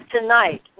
tonight